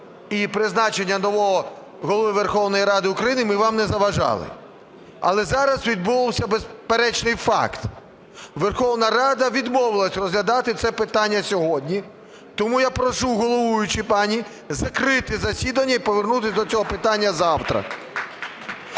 і призначення нового Голови Верховної Ради України, ми вам не заважали. Але зараз відбувся безперечний факт: Верховна Рада відмовилась розглядати це питання сьогодні. Тому я прошу головуючу пані закрити засідання і повернутися до цього питання завтра.